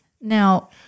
Now